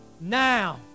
now